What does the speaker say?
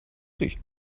riecht